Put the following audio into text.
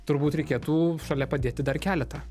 turbūt reikėtų šalia padėti dar keletą